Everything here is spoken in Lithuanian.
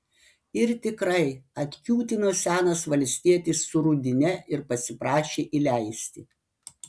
ir tikrai atkiūtino senas valstietis su rudine ir pasiprašė įleisti